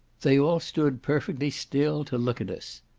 they all stood perfectly still to look at us.